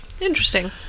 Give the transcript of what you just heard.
Interesting